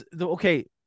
Okay